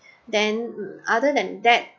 then other than that